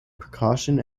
precaution